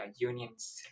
Union's